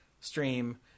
stream